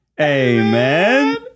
amen